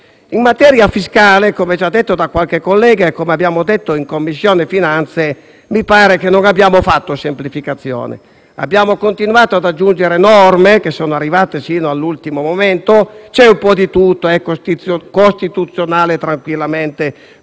In materia fiscale, come già detto da qualche collega e come abbiamo detto in Commissione finanze, mi pare che non abbiamo fatto semplificazione: abbiamo continuato ad aggiungere norme, che sono arrivate fino all'ultimo momento. C'è un po' di tutto, ma è tranquillamente